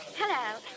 Hello